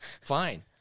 Fine